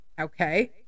okay